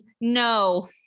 no